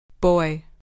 Boy